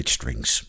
Strings